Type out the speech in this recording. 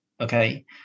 okay